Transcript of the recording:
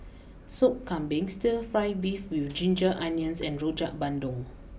Sop Kambing Stir Fry Beef with Ginger Onions and Rojak Bandung